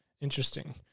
interesting